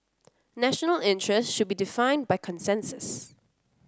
national interest should be defined by consensus